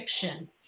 Fiction